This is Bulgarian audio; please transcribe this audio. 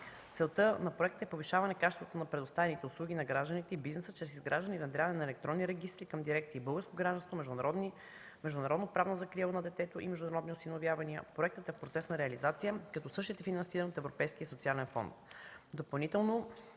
Целта на проекта е повишаване качеството на предоставените услуги на гражданите и бизнеса чрез изграждане и надграждане на електронни регистри към дирекции: „Българско гражданство”, „Международна правна закрила на детето и международни осиновявания”. Проектът е в процес на реализация, като същият е финансиран от Европейския социален фонд.